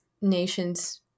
nations